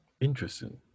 Interesting